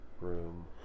room